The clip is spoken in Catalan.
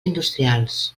industrials